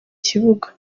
kibuga